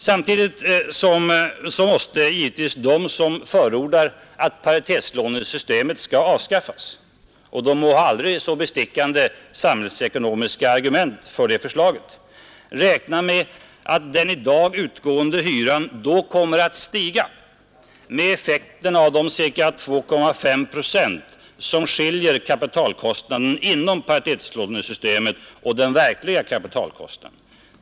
Samtidigt måste givetvis de som förordar att paritetslånesystemet skall avskaffas — de må ha aldrig så bestickande sam hällsekonomiska argument för det förslaget — räkna med att den i dag utgående hyran då kommer att stiga med effekten av de ca 2,5 procent som skiljer kapitalkostnaden inom paritetslånesystemet och den verkliga kapitalkostnaden.